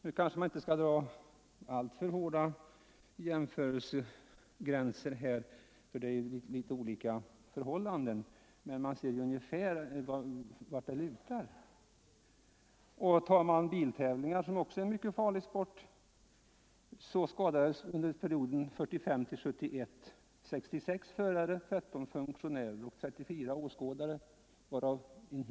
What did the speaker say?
Nu kanske man inte skall göra alltför hårda jämförelser här, eftersom det råder litet olika förhållanden, men man ser ungefär vartåt det lutar. Under biltävlingar, som också är en mycket farlig sport, skadades 66 förare, 13 funktionärer och 34 åskådare under perioden 1945-1971.